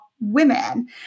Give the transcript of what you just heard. women